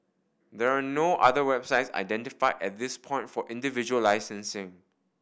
there are no other websites identified at this point for individual licensing